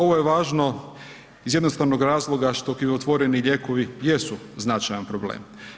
Ovo je važno iz jednostavnog razloga što krivotvoreni lijekovi jesu značajan problem.